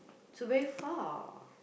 so very far